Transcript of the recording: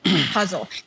puzzle